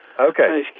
Okay